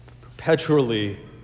perpetually